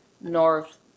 North